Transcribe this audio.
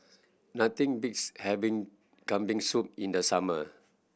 nothing beats having Kambing Soup in the summer